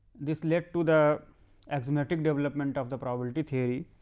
this let to the arithmetic development of the probability theory,